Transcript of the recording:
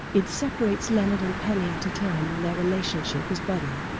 it separates leonard and penny at a time when their relationship is budding.